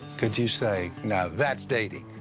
could you say, now that's dating?